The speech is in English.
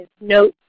notes